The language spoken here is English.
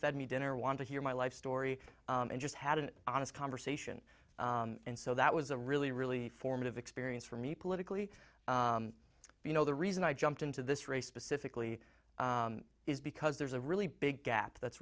fed me dinner want to hear my life story and just had an honest conversation and so that was a really really formative experience for me politically you know the reason i jumped into this race specifically is because there's a really big gap that's